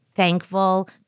thankful